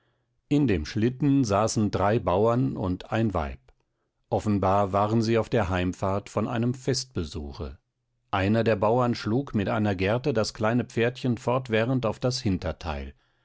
in dem schlitten saßen drei bauern und ein weib offenbar waren sie auf der heimfahrt von einem festbesuche einer der bauern schlug mit einer gerte das kleine pferdchen fortwährend auf das hinterteil